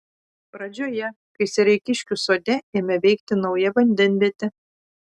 pradžioje kai sereikiškių sode ėmė veikti nauja vandenvietė